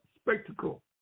spectacle